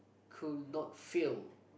could not fail